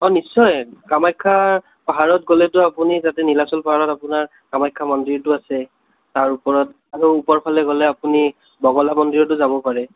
অঁ নিশ্চয় কামাখ্যা পাহাৰত গ'লেতো আপুনি তাতে নীলাচল পাহাৰত আপোনাৰ কামাখ্যা মন্দিৰটো আছে তাৰ ওপৰত আৰু ওপৰফালে গ'লে আপুনি বগলা মন্দিৰতো যাব পাৰে